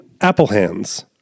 Applehands